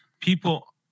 people